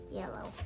yellow